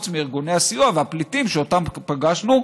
חוץ מארגוני הסיוע והפליטים שאותם פגשנו.